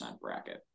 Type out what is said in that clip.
bracket